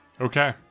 Okay